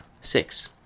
Six